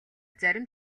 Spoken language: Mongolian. зарим